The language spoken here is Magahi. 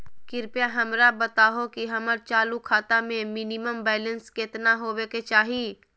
कृपया हमरा बताहो कि हमर चालू खाता मे मिनिमम बैलेंस केतना होबे के चाही